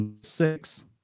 Six